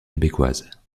québécoises